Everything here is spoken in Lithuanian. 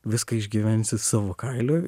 viską išgyvensi savo kailiu